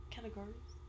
Categories